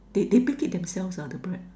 they they baked it themselves at the bread